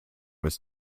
was